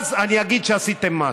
ואז אני אגיד שעשיתם משהו.